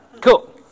cool